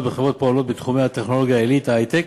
בחברות הפועלות בתחומי הטכנולוגיה העילית (היי-טק)